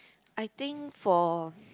I think for